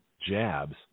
jabs